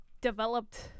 developed